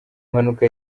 mpanuka